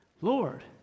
Lord